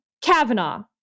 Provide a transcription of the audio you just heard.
Kavanaugh